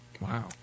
Wow